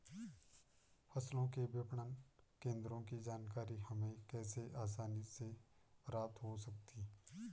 फसलों के विपणन केंद्रों की जानकारी हमें कैसे आसानी से प्राप्त हो सकती?